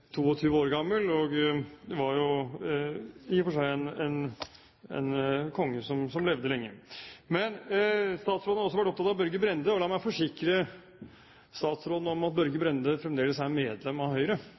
år gammel og var i og for seg en konge som levde lenge. Statsråden har også vært opptatt av Børge Brende. La meg forsikre statsråden om at Børge Brende fremdeles er medlem av Høyre,